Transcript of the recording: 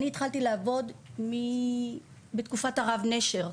אני התחלתי לעבוד בתקופת הרב נשר,